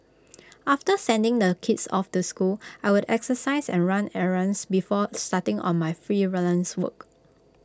after sending the kids off to school I would exercise and run errands before starting on my freelance work